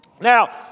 Now